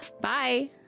bye